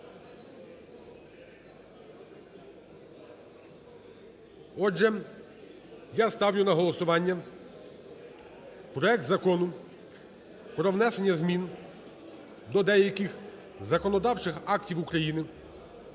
Отже, я ставлю на голосування проект Закону про внесення змін до деяких законодавчих актів України